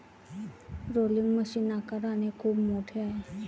rolling machine आकाराने खूप मोठे आहे